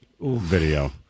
video